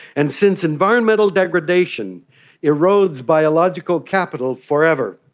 and since environmental degradation erodes biological capital forever,